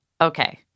Okay